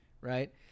Right